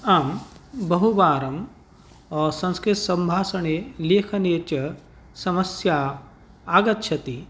आम् बहुवारं संस्कृतसम्भाषणे लेखने च समस्या आगच्छति